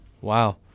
Wow